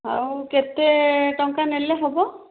ଆଉ କେତେ ଟଙ୍କା ନେଲେ ହବ